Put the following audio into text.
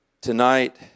Tonight